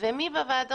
שעשה לו חוגי בית,